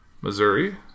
Missouri